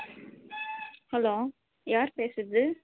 hello யார் பேசுகிறது